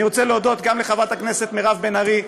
אני רוצה להודות גם לחברת הכנסת מירב בן ארי,